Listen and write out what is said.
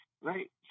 right